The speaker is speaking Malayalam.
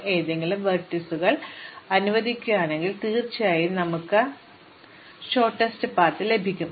ഞങ്ങൾ ഏതെങ്കിലും വെർട്ടീസുകൾ അനുവദിക്കുകയാണെങ്കിൽ തീർച്ചയായും ഞങ്ങൾക്ക് ഏകപക്ഷീയമായ ഹ്രസ്വ പാതകൾ ലഭിക്കും